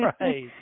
Right